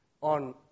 on